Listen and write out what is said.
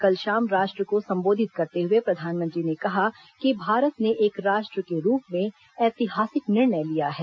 कल शाम राष्ट्र को संबोधित करते हुए प्रधानमंत्री ने कहा कि भारत ने एक राष्ट्र के रूप में ऐतिहासिक निर्णय लिया है